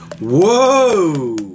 Whoa